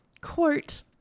quote